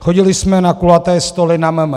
Chodili jsme na kulaté stoly na MMR.